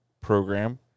program